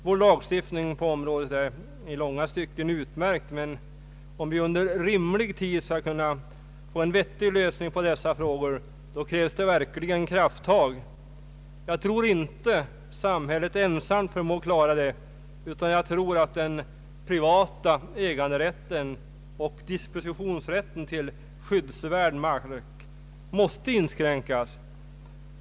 Vår lagstiftning på området är i långa stycken utmärkt, men om vi under rimlig tid skall kunna få en vettig lösning på dessa problem krävs det verkligen krafttag. Jag tror inte att samhället ensamt förmår klara det, utan jag tror att den privata äganderätten och dispositionsrätten till skyddsvärd mark måste inskränkas.